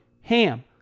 HAM